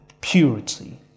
purity